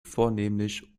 vornehmlich